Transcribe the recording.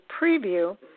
preview